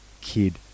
kid